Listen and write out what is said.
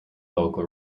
local